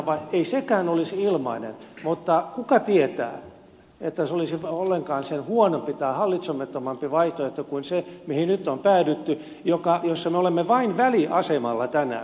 ei sekään olisi ilmainen ratkaisu mutta kuka tietää että se olisi ollenkaan sen huonompi tai hallitsemattomampi vaihtoehto kuin se mihin nyt on päädytty ja missä me olemme vain väliasemalla tänään